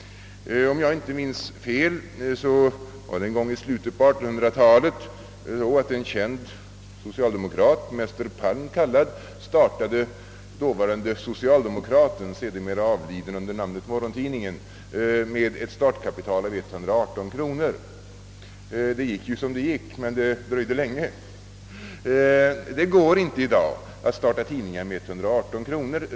Om jag inte minns fel var det i slutet av 1800-talet som en känd socialdemokrat, »Mäster Palm» kallad, startade då kronor. Det gick som det gick — men det dröjde länge. I dag går det inte att starta en tidning med 118 kronor.